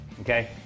okay